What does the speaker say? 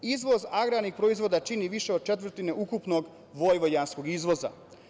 Izvoz agrarnih proizvoda čini više od četvrtinu ukupnog vojvođanskog izvoza.